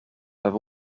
have